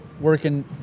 working